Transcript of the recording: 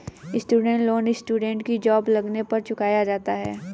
student loan students की job लगने पर चुकाया जाता है